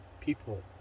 people